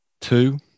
Two